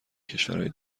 کشورای